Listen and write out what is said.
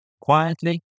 quietly